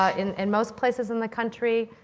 ah in and most places in the country,